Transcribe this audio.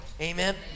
Amen